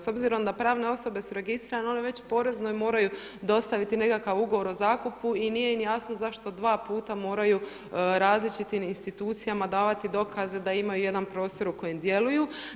S obzirom da pravne osobe su registrirane one već poreznoj moraju dostaviti nekakav ugovor o zakupu i nije im jasno zašto dva puta moraju različitim institucijama davati dokaze da imaju jedan prostor u kojem djeluju.